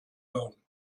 hören